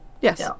Yes